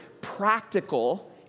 practical